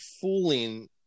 fooling